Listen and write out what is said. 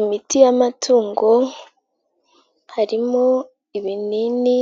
Imiti y'amatungo harimo: ibinini,